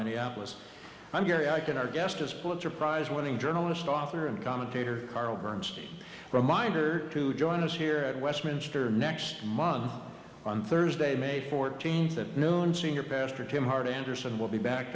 minneapolis i'm gary i can our guest is pulitzer prize winning journalist author and commentator carl bernstein reminder to join us here at westminster next month on thursday may fourteenth at noon senior pastor tim hart anderson will be back